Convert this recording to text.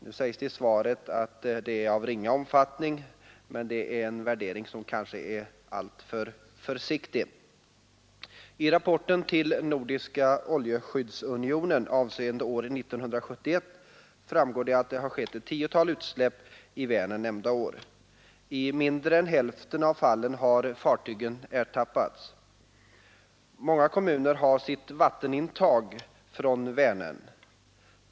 Nu sägs det i svaret att de utsläpp som förekommit är av ringa omfattning, men det kanske är en värdering som är alltför försiktig. I rapporten till Nordiska oljeskyddsunionen avseende år 1971 framgår det att det skett ett 10-tal utsläpp i Vänern nämnda år. I mindre än hälften av fallen har fartygen ertappats. Många kommuner har sitt vattenintag från Vänern.